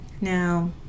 Now